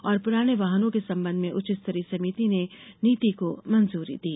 और पुराने वाहनों के संबंध में उच्च स्तरीय समिति ने नीति को मंजूरी दी